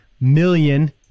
million